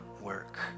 work